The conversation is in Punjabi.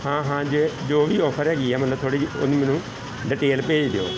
ਹਾਂ ਹਾਂ ਜੇ ਜੋ ਵੀ ਆਫਰ ਹੈਗੀ ਆ ਮਤਲਬ ਥੋੜ੍ਹੀ ਜਿਹੀ ਉਹਦੀ ਮੈਨੂੰ ਡਿਟੇਲ ਭੇਜ ਦਿਓ